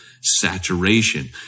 saturation